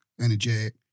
Energetic